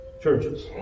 churches